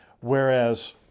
Whereas